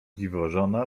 dziwożona